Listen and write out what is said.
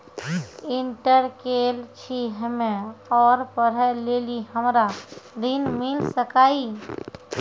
Inter केल छी हम्मे और पढ़े लेली हमरा ऋण मिल सकाई?